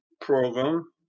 program